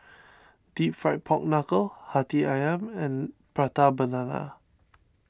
Deep Fried Pork Knuckle Hati Ayam and Prata Banana